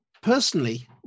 personally